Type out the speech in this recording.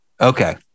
Okay